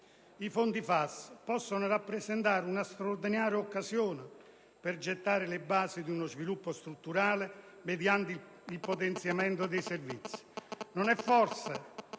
i fondi FAS possono rappresentare una straordinaria occasione per gettare le basi di uno sviluppo strutturale mediante il potenziamento dei servizi.